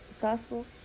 Gospel